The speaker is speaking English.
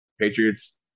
Patriots